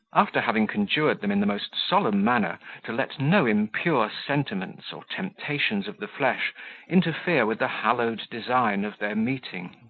after having conjured them in the most solemn manner to let no impure sentiments or temptations of the flesh interfere with the hallowed design of their meeting.